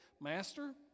Master